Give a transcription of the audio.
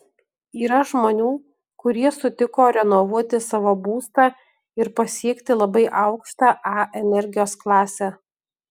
yra žmonių kurie sutiko renovuoti savo būstą ir pasiekti labai aukštą a energijos klasę